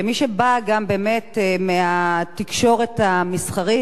כמי שבאה באמת מהתקשורת המסחרית,